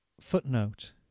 Footnote